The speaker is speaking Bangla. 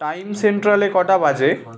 টাইম সেন্ট্রালে কটা বাজে